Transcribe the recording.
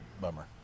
bummer